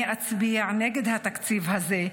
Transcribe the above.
אני אצביע נגד התקציב הזה.